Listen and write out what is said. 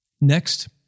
Next